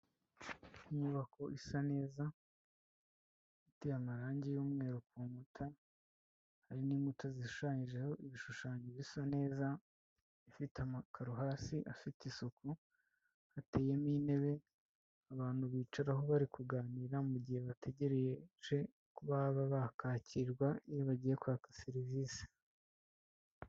Inyubako isa neza, iteye amarangi y'umweru ku nkuta, hari n'imbuto zishushanyijeho ibishushanyo bisa neza, ifite amakaro hasi afite isuku, hateyemo intebe abantu bicaraho bari kuganira mu gihe bategereje ko baba bakakirwa iyo bagiye kwaka serivisi.